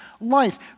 Life